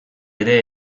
ere